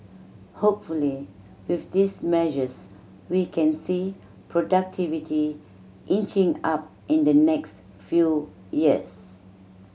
hopefully with these measures we can see productivity inching up in the next few years